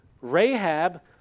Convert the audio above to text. Rahab